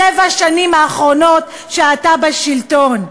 שבע השנים האחרונות שאתה בשלטון?